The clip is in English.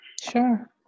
Sure